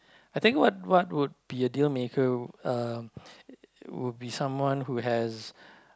has